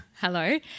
Hello